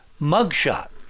mugshot